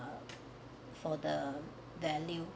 ~e for the value